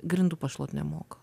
grindų pašluoti nemoka